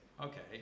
okay